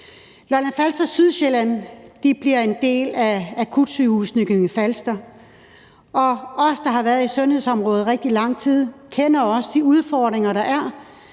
Lolland-Falster og Sydsjælland bliver en del af akutsygehuset i Nykøbing Falster, og os, der har været i sundhedsområdet i rigtig lang tid, kender også de udfordringer, der er